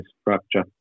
structure